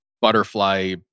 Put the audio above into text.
butterfly